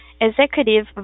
Executive